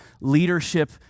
leadership